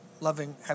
loving